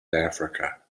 africa